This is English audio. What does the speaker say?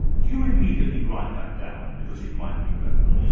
do you immediately write that down, because it might be relevant?